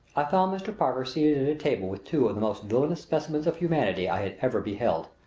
i found mr. parker seated at a table with two of the most villainous specimens of humanity i had ever beheld.